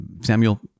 Samuel